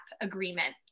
agreement